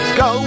go